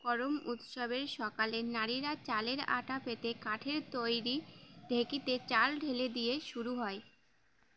করম উৎসবের সকালে নারীরা চালের আটা পেতে কাঠের তৈরি ঢেকিতে চাল ঢেলে দিয়ে শুরু হয়